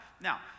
Now